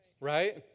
Right